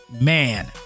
man